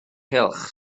cylch